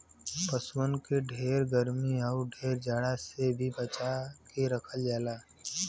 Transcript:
पसुअन के ढेर गरमी आउर ढेर जाड़ा से भी बचा के रखल जाला